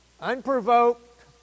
Unprovoked